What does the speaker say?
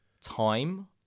time